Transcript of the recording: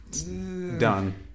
done